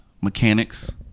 mechanics